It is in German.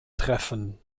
treffen